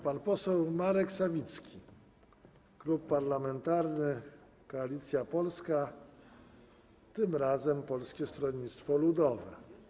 Pan poseł Marek Sawicki, Klub Parlamentarny Koalicja Polska, tym razem Polskie Stronnictwo Ludowe.